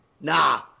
nah